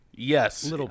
Yes